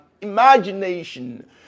imagination